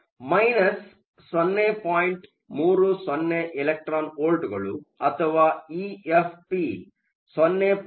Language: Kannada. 30 ಎಲೆಕ್ಟ್ರಾನ್ ವೋಲ್ಟ್ಗಳು ಅಥವಾ ಇಎಫ್ಪಿ 0